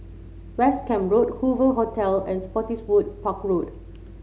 West Camp Road Hoover Hotel and Spottiswoode Park Road